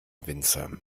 winzer